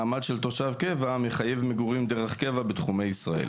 מעמד של תושב קבע מחייב מגורים דרך קבע בתחומי ישראל.